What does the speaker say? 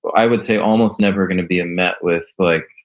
i would say almost never going to be met with like,